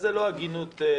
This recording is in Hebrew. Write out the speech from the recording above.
אז זה לא הגינות פרלמנטרית,